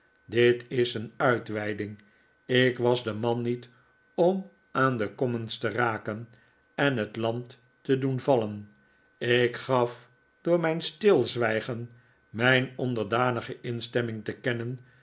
dit is een uitweiding i k was de man niet om aan de commons te raken en het land te doen vallen ik gaf door mijn stilzwijgen mijn onderdanige instemming te kennen